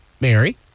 Mary